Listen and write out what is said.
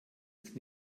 ist